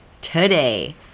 today